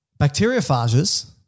Bacteriophages